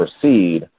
proceed